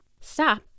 stop